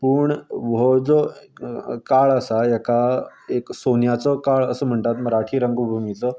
पूण हो जो काळ आसा हेका एक सोन्याचा काळ असो म्हणटात मराठी रंगभुमीचो